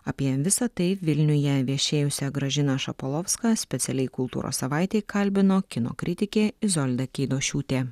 apie visa tai vilniuje viešėjusią gražiną šapolovską specialiai kultūros savaitei kalbino kino kritikė izolda keidošiūtė